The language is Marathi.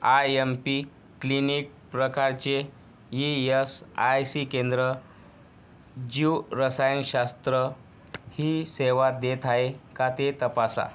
आय एम पी क्लिनिक प्रकारचे ई यस आय सी केंद्र जीवरसायनशास्त्र ही सेवा देत आहे का ते तपासा